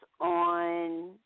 on